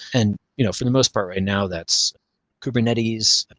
and you know for the most part right now, that's kubernetes,